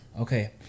Okay